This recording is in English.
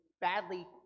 badly